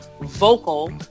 vocal